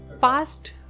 past